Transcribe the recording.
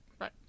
Right